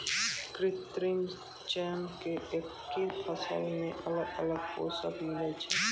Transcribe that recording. कृत्रिम चयन से एक्के फसलो मे अलग अलग पोषण मिलै छै